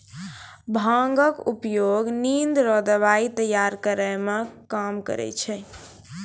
भांगक उपयोग निंद रो दबाइ तैयार करै मे काम करै छै